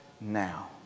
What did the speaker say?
now